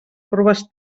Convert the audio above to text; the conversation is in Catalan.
corbes